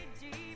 deep